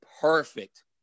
perfect